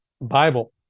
Bible